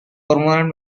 permanent